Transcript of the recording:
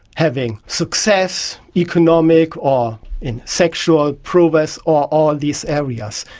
having success, economic or in sexual prowess, or all these areas.